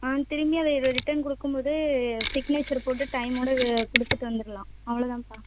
ஆ திருப்பியும் அதை ரிட்டன் கொடுக்கும்போது சிக்னேச்சர் போட்டு டைமோடு கொடுத்துட்டு வந்துடலாம் அவ்வளோ தான்ப்பா